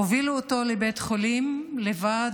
הובילו אותו לבית חולים לבד.